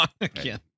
again